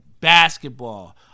basketball